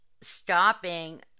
stopping